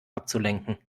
abzulenken